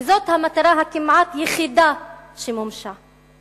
וזאת המטרה הכמעט יחידה שמומשה,